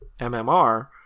MMR